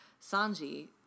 Sanji